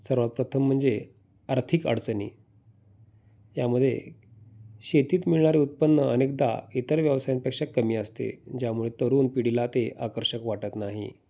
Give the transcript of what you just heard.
सर्वप्रथम म्हणजे आर्थिक अडचणी यामध्ये शेतीत मिळणारे उत्पन्न अनेकदा इतर व्यवसायांपेक्षा कमी असते ज्यामुळे तरुण पिढीला ते आकर्षक वाटत नाही